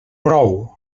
prou